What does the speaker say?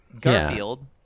garfield